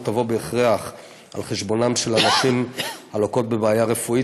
תבוא בהכרח על חשבונן של הנשים הלוקות בבעיה רפואית,